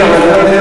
המפלגה שלכם.